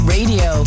Radio